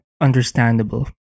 understandable